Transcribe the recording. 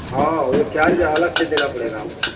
हाँ वो चार्ज अलग से देना पड़ेगा आपको